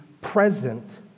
present